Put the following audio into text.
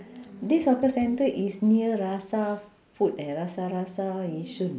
this hawker centre is near rasa food eh rasa rasa yishun